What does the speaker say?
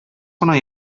кына